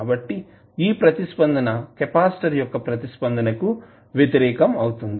కాబట్టి ఈ ప్రతిస్పందన కెపాసిటర్ యొక్క ప్రతిస్పందన కి వ్యతిరేకం అవుతుంది